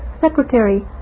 Secretary